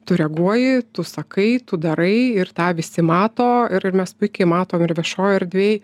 tu reaguoji tu sakai tu darai ir tą visi mato ir mes puikiai matom ir viešojoj erdvėj